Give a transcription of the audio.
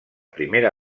primera